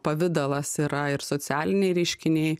pavidalas yra ir socialiniai reiškiniai